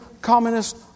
communist